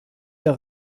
der